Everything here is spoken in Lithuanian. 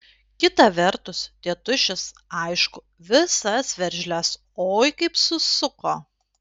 kita vertus tėtušis aišku visas veržles oi kaip susuko